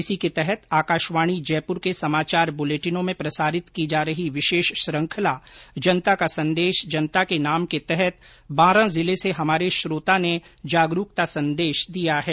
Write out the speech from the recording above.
इसी के तहत आकाशवाणी जयपुर के समाचार बुलेटिनों में प्रसारित की जा रही विशेष श्रृखंला जनता का संदेश जनता के नाम के तहत बांरा से हमारे श्रोता ने जागरूकता संदेश दिया है